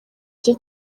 cye